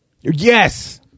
Yes